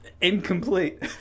Incomplete